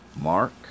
Mark